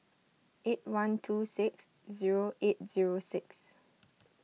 eight one two six zero eight zero six